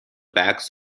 backs